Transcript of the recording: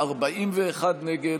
41 נגד,